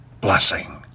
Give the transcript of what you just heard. blessing